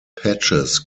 patches